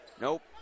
Nope